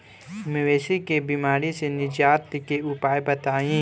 मवेशी के बिमारी से निजात के उपाय बताई?